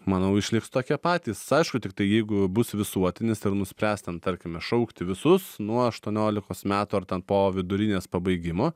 manau išliks tokie patys aišku tiktai jeigu bus visuotinis ir nuspręs ten tarkime šaukti visus nuo aštuoniolikos metų ar ten po vidurinės pabaigimo